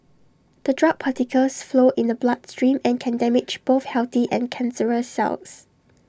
the drug particles flow in the bloodstream and can damage both healthy and cancerous cells